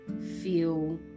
feel